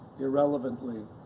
irrelevantly,